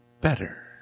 better